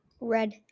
Red